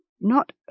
Not